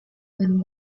when